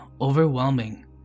overwhelming